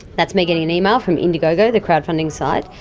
that's me getting an email from indiegogo, the crowdfunding site,